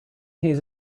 his